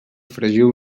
fregiu